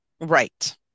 Right